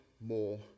more